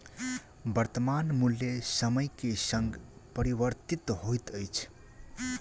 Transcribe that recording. वर्त्तमान मूल्य समय के संग परिवर्तित होइत अछि